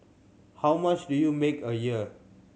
how much do you make a year